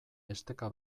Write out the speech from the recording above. esteka